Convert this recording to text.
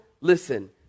listen